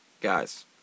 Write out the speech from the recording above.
guys